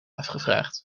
afgevraagd